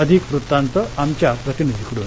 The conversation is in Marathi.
अधिक वृत्तांत आमच्या प्रतिनिधीकडून